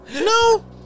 No